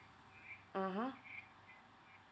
mmhmm